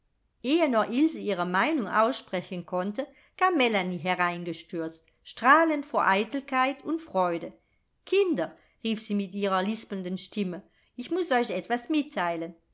ehe noch ilse ihre meinung aussprechen konnte kam melanie hereingestürzt strahlend vor eitelkeit und freude kinder rief sie mit ihrer lispelnden stimme ich muß euch etwas mitteilen